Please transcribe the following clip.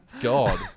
God